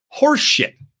Horseshit